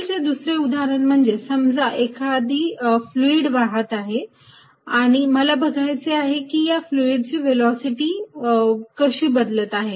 field चे दुसरे उदाहरण म्हणजे समजा एखादी फ्लुईड वाहत आहे आणि मला बघायचे आहे की या फ्लुईडची व्हेलॉसिटी कशी बदलत आहे